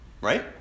right